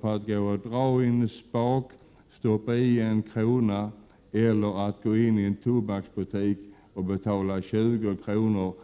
på att dra i en spak, stoppa i 1 kr. eller att gå in i en tobaksbutik och betala 20 kr.